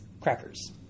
crackers